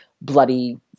bloody